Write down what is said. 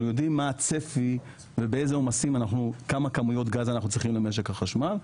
אנחנו יודעים מה הצפי וכמה כמויות גז אנחנו צריכים למשק החשמל,